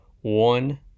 One